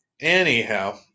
Anyhow